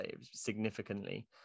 significantly